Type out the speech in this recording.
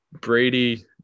Brady –